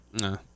No